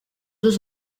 deux